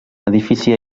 edifici